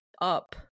up